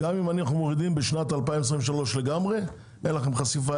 גם אם אנחנו מורידים לגמרי בשנת 2023 אין לכם חשיפה,